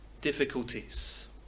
difficulties